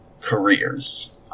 careers